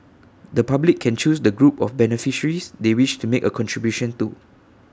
the public can choose the group of beneficiaries they wish to make A contribution to